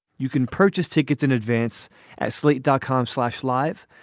you can purchase tickets in advance at slate dot com slash live.